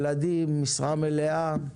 ילדים, משרה מלאה,